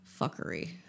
fuckery